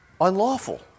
unlawful